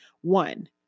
One